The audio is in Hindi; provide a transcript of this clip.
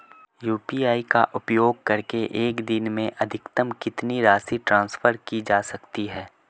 यू.पी.आई का उपयोग करके एक दिन में अधिकतम कितनी राशि ट्रांसफर की जा सकती है?